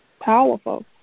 Powerful